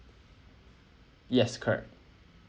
yes correct